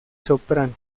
soprano